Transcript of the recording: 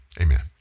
amen